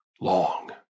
long